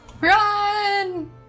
Run